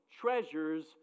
treasures